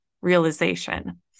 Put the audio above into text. realization